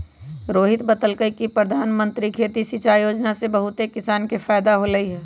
रोहित बतलकई कि परधानमंत्री खेती सिंचाई योजना से बहुते किसान के फायदा होलई ह